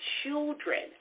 children